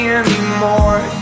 anymore